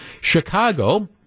Chicago